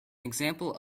example